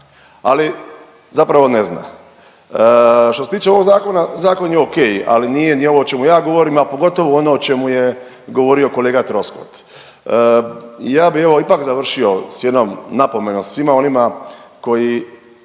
Ali zapravo ne zna. Što se tiče ovog zakona, zakon je ok, ali nije ni ovo o čemu ja govorim, a pogotovo ono o čemu je govorio kolega Troskot. Ja bi evo ipak završio s jednom napomenom svima onima koji